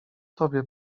tobie